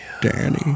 Danny